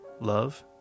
love